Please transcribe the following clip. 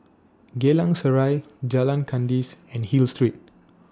Geylang Serai Jalan Kandis and Hill Street